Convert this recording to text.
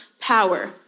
power